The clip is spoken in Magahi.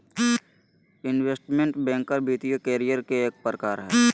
इन्वेस्टमेंट बैंकर वित्तीय करियर के एक प्रकार हय